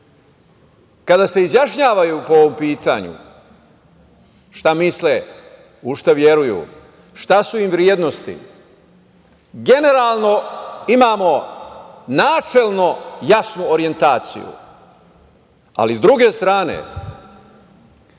kada se izjašnjavaju po ovom pitanju, šta misle, u šta veruju, šta su im vrednosti, generalno imamo načelno jasnu orijentaciju, ali s druge strane,